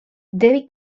devi